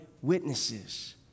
witnesses